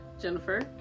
Jennifer